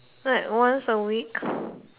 like once a week